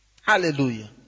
Hallelujah